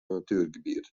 natuergebiet